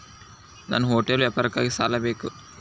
ನನ್ನ ಹೋಟೆಲ್ ವ್ಯಾಪಾರಕ್ಕಾಗಿ ಸಾಲ ಬೇಕು